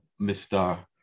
Mr